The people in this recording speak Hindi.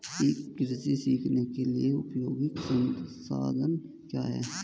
ई कृषि सीखने के लिए उपयोगी संसाधन क्या हैं?